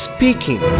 Speaking